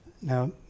Now